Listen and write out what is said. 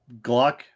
Glock